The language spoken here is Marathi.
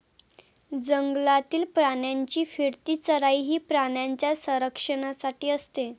जंगलातील प्राण्यांची फिरती चराई ही प्राण्यांच्या संरक्षणासाठी असते